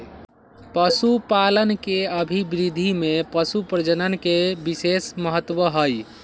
पशुपालन के अभिवृद्धि में पशुप्रजनन के विशेष महत्त्व हई